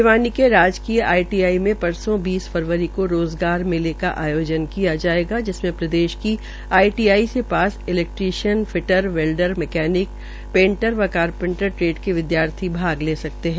भिवानी के राजकीय आईटीआई में परसों बीस फरवरी को रोज़गार मेले का आयोजन किया जायेगा जिसमें प्रदेश के आईटीआई से पास इलैक्ट्रीशियन फिटर वेंल्डर मैकेनिकपेंटर वकार पेंटर ट्रेड के विदयार्थी भाग ले सकते है